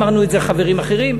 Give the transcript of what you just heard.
אמרנו את זה חברים אחרים.